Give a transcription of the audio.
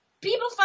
people